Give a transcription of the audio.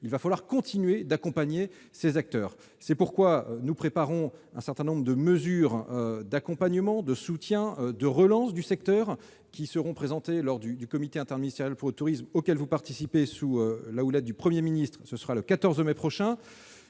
nous devrons continuer d'accompagner ces acteurs. C'est pourquoi nous préparons un certain nombre de mesures d'accompagnement, de soutien et de relance qui seront présentées lors du comité interministériel du tourisme auquel vous participez. Il se tiendra sous la houlette du Premier ministre le 14 mai prochain.